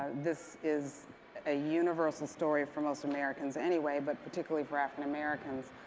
this is a universal story for most americans anyway, but particularly for african americans.